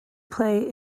play